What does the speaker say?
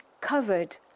covered